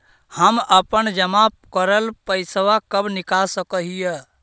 हम अपन जमा करल पैसा कब निकाल सक हिय?